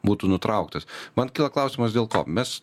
būtų nutrauktas man kyla klausimas dėl ko mes